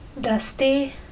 dusty